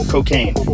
Cocaine